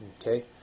Okay